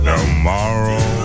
Tomorrow